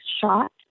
shot